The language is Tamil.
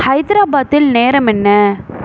ஹைதராபாத்தில் நேரம் என்ன